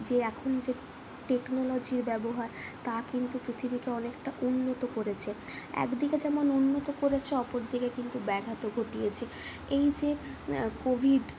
যে এখন যে টেকনোলজির ব্যবহার তা কিন্তু পৃথিবীকে অনেকটা উন্নত করেছে একদিকে যেমন উন্নত করেছে অপরদিকে কিন্তু ব্যাঘাতও ঘটিয়েছে এই যে কোভিড